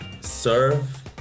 serve